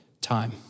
time